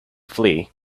flee